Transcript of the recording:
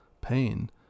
pain